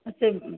ଆଉ ସେହି